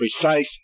precise